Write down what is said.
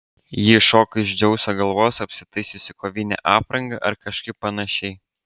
ji iššoko iš dzeuso galvos apsitaisiusi kovine apranga ar kažkaip panašiai